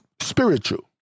spiritual